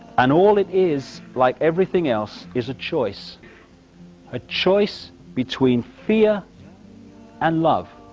and all it is, like everything else, is a choice a choice between fear and love.